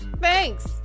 Thanks